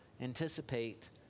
anticipate